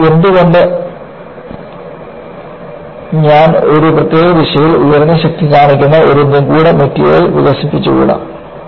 അതിനാൽ എന്തുകൊണ്ട് ഞാൻ ഒരു പ്രത്യേക ദിശയിൽ ഉയർന്ന ശക്തി കാണിക്കുന്ന ഒരു നിഗൂഢമായ മെറ്റീരിയൽ വികസിപ്പിച്ചു കൂടാ